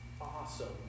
awesome